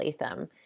Latham